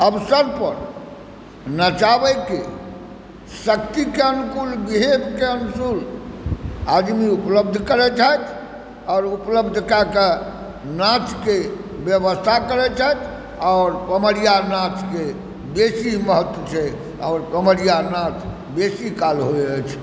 अवसरपर नचाबैके शक्तिके अनुकूल विहेवके अनुकूल आदमी उपलब्ध करैत छथि आओर उपलब्ध कऽ कऽ नाचके बेबस्था करै छथि आओर पमरिआ नाचके बेसी महत्व छै आओर पमरिआ नाच बेसी काल होइ अछि